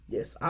Yes